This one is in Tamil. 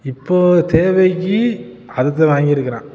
இப்போது தேவைக்கு அதுதான் வாங்கிருக்கிறேன்